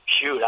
shoot